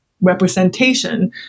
representation